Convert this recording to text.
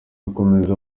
akomeza